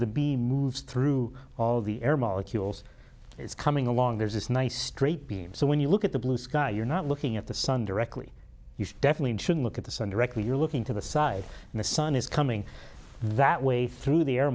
the b moves through all the air molecules it's coming along there's this nice straight beam so when you look at the blue sky you're not looking at the sun directly you definitely should look at the sun directly you're looking to the side and the sun is coming that way through the air